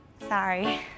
Sorry